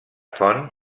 font